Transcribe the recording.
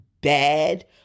bad